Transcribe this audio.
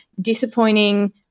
disappointing